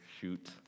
shoot